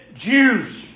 Jews